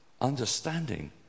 Understanding